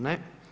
Ne.